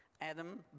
Adam